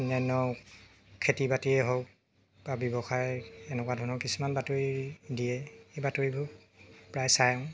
অন্যান্য খেতি বাতিয়ে হওক বা ব্যৱসায় এনেকুৱা ধৰণৰ কিছুমান বাতৰি দিয়ে সেই বাতৰিবোৰ প্ৰায় চাওঁ